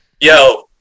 Yo